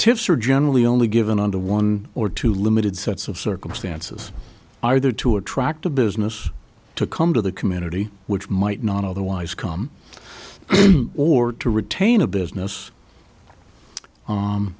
tips are generally only given under one or two limited sets of circumstances either to attract a business to come to the community which might not otherwise come or to retain a business